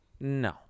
No